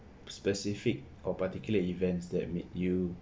specific or particular events that made you